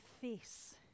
face